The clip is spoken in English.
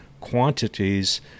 quantities